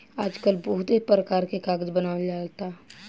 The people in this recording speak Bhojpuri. आजकल बहुते परकार के कागज बनावल जाता